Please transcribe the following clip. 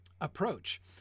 approach